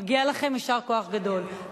מגיע לכם יישר כוח גדול.